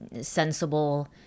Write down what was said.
sensible